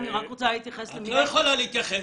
אני רק רוצה להתייחס --- את לא יכולה להתייחס,